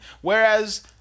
Whereas